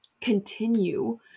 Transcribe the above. continue